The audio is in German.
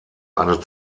eine